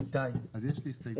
אז יש לי הסתייגות.